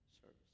service